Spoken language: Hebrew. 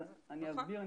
נכון.